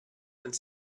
und